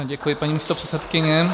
Děkuji, paní místopředsedkyně.